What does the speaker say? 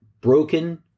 broken